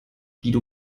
guido